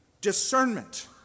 discernment